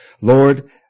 Lord